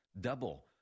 Double